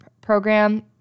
program